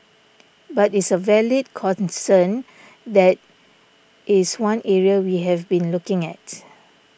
but is a valid concern that is one area we have been looking at